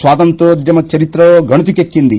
స్వాతంత్రోద్యమ చరిత్ర లో గణుతి కెక్కింది